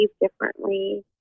differently